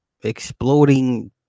exploding